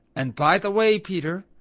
and, by the way, peter,